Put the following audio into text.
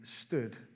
stood